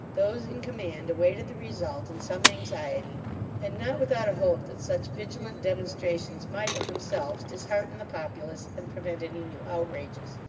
those in command awaited the result in some anxiety and not without a hope that such vigilant demonstrations might of themselves dishearten the populace, and prevent any new outrages.